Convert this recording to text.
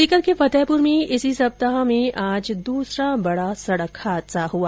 सीकर के फतेहपुर में इसी सप्ताह में आज दूसरा बडा सड़क हादसा हुआ